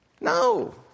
No